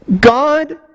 God